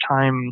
time